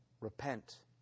repent